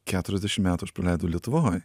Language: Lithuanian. keturiasdešim metų aš praleidau lietuvoj